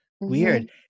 weird